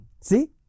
See